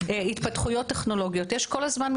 התפתחויות טכנולוגיות יש כל הזמן,